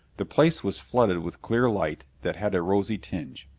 the place was flooded with clear light that had a rosy tinge.